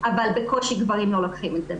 אבל בקושי גברים לוקחים את זה.